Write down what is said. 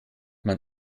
man